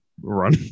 run